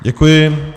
Děkuji.